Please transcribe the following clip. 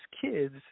kids